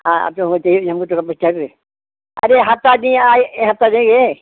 हा अब तो हम दे दिए हमको त अरे हफ्ता दिएँ ए हफ्ता देंगे